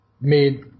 made